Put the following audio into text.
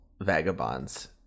Vagabonds